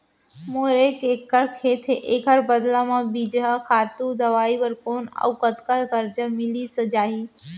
मोर एक एक्कड़ खेत हे, एखर बदला म बीजहा, खातू, दवई बर कोन अऊ कतका करजा मिलिस जाही?